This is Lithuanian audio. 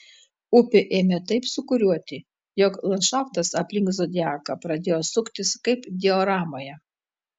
upė ėmė taip sūkuriuoti jog landšaftas aplink zodiaką pradėjo suktis kaip dioramoje